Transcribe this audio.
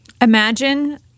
Imagine